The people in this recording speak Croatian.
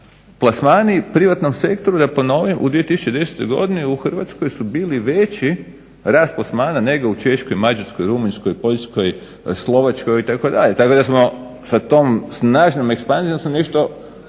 plasmani u privatnom sektoru da ponovim u 2010. godini u Hrvatskoj su bili veći, rast plasmana nego u Češkoj, Mađarskoj, Rumunjskoj, Poljskoj, Slovačkoj itd., tako da smo sa tom snažnom ekspanzijom smo